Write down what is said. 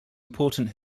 important